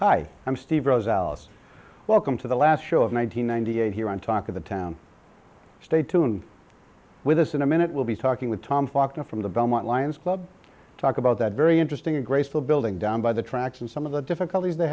hi i'm steve rose alice welcome to the last show of one nine hundred ninety eight here on talk of the town stay tuned with us in a minute we'll be talking with tom fox from the belmont lions club talk about that very interesting and graceful building down by the tracks and some of the difficulties the